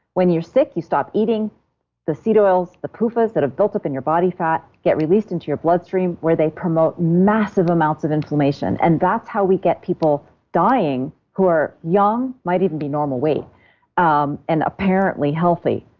when you're sick, you stop eating the seed oils. the pufas that have built up in your body fat get released into your bloodstream where they promote massive amounts of inflammation. and that's how we get people dying who are young might even be normal weight um and apparently healthy,